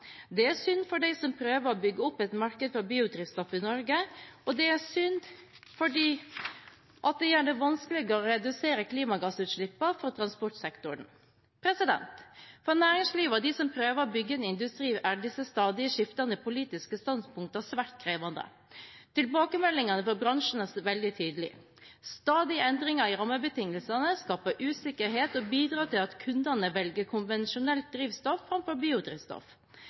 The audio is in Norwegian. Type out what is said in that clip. Det er synd for dem som prøver å bygge opp et marked for biodrivstoff i Norge, og det er synd fordi det gjør det vanskeligere å redusere klimagassutslippene fra transportsektoren. For næringslivet og de som prøver å bygge en industri, er disse stadig skiftende politiske standpunktene svært krevende. Tilbakemeldingen fra bransjen er veldig tydelig: stadige endringer i rammebetingelsene skaper usikkerhet og bidrar til at kundene velger konvensjonelt drivstoff framfor biodrivstoff.